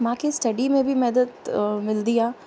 मूंखे स्टडी में बि मदद मिलंदी आहे